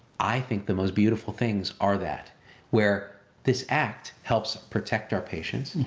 i think the most beautiful things are that where this act helps protect our patients,